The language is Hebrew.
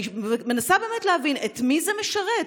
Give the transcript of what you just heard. אני מנסה להבין את מי זה משרת,